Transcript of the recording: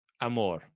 amor